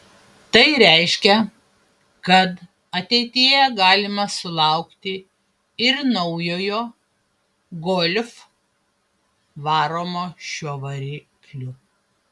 tai reiškia kad ateityje galima sulaukti ir naujojo golf varomo šiuo varikliu